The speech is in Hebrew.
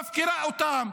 מפקירה אותם,